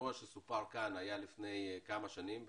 האירוע שסופר כאן היה לפני כמה שנים,